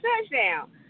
touchdown